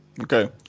Okay